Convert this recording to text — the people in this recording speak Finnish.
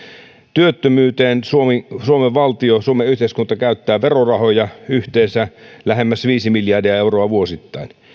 työttömyyteen suomen valtio suomen yhteiskunta käyttää verorahoja yhteensä lähemmäs viisi miljardia euroa vuosittain